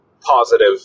positive